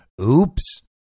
Oops